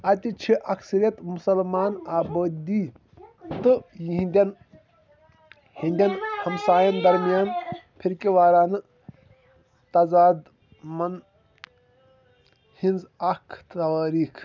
اَتہِ چھِ اکثریَت مُسلمان آبٲدی تہٕ یِہنٛدٮ۪ن ہیٚنٛدٮ۪ن ہمساین درمِیان فِرقہِ وارانہٕ تضاد مَن ہِنٛز اَکھ توٲریٖخ